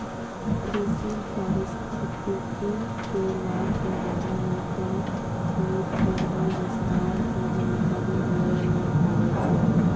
कृषि पारिस्थितिकी के लाभ के बारे मॅ तोहं नेट पर भी विस्तार सॅ जानकारी लै ल पारै छौ